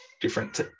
different